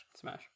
Smash